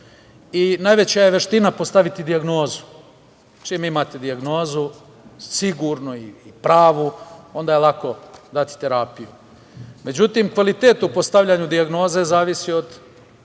i najveća je veština postaviti dijagnozu. Čim imate dijagnozu, sigurnu i pravu, onda je lako dati terapiju. Međutim, kvalitet u postavljanju dijagnoze zavisi od